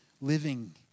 living